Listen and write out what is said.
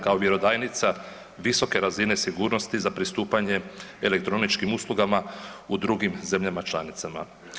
kao vjerodajnica visoke razine sigurnosti za pristupanje elektroničkim uslugama u drugim zemljama članicama.